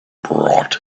brought